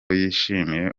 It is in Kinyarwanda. yishimiye